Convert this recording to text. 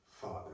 father